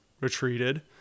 retreated